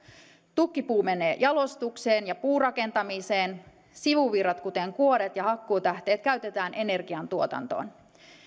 tukkipuu menee jalostukseen ja puurakentamiseen sivuvirrat kuten kuoret ja hakkuutähteet käytetään energiantuotantoon